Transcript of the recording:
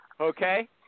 Okay